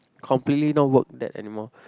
completely not work that anymore